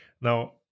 Now